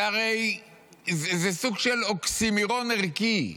הרי זה סוג של אוקסימורון ערכי,